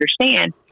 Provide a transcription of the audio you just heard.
understand